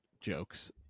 jokes